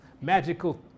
magical